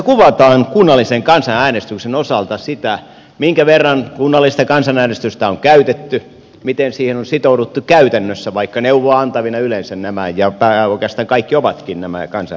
tässä kuvataan kunnallisen kansanäänestyksen osalta sitä minkä verran kunnallista kansanäänestystä on käytetty ja miten siihen on sitouduttu käytännössä vaikka neuvoa antavina yleensä nämä ja oikeastaan kaikki kansanäänestykset onkin suoritettu